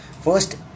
first